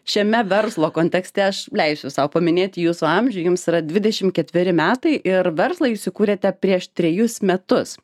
šiame verslo kontekste aš leisiu sau paminėti jūsų amžių jums yra dvidešim ketveri metai ir verslą jūs įkūrėte prieš trejus metus